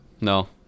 No